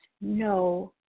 no